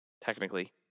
Technically